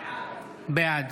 בעד